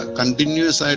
continuous